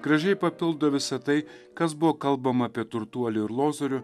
gražiai papildo visa tai kas buvo kalbama apie turtuolį ir lozorių